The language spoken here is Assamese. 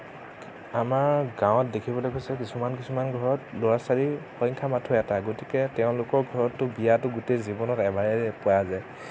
আমাৰ গাঁৱত দেখিবলৈ পোৱা হৈছে কিছুমান কিছুমান গাঁৱত ল'ৰা ছোৱালীৰ সংখ্যা মাথো এটা গতিকে তেওঁলোকৰ ঘৰতটো বিয়াটো গোটেই জীৱনত এবাৰেই পোৱা যায়